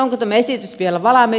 onko tämä esitys vielä valmis